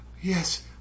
yes